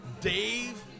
Dave